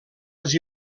els